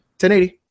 1080